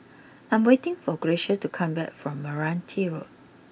I am waiting for Gracia to come back from Meranti Road